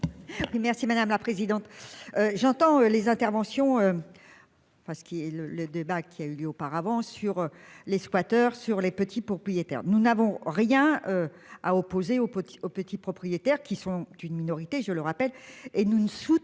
Merci madame la présidente. J'entends les interventions. Parce qu'il est le le débat qui a eu lieu auparavant sur les squatters sur les petits propriétaires. Nous n'avons rien à opposer aux petits aux petits propriétaires qui sont d'une minorité, je le rappelle, et nous ne soutenons